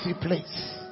place